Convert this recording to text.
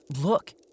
Look